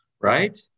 Right